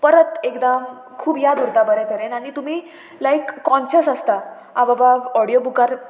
परत एकदम खूब याद उरता बरे तरेन आनी तुमी लायक कॉन्शियस आसता हांव बाबा ऑडियो बुकार